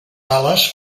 ales